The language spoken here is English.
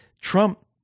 Trump